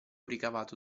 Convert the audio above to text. ricavato